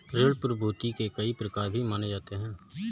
ऋण प्रतिभूती के कई प्रकार भी माने जाते रहे हैं